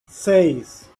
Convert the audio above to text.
seis